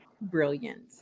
brilliant